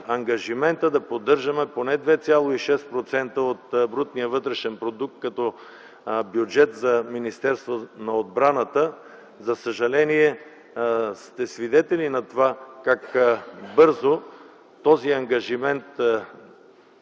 да поддържаме поне 2,6% от брутния вътрешен продукт като бюджет на Министерството на отбраната. За съжаление сте свидетели как бързо този ангажимент